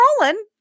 rolling